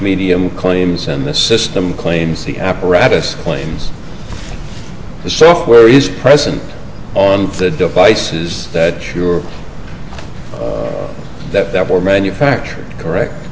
medium claims and the system claims the apparatus claims the software is present on the devices that your that were manufactured correct